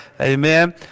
amen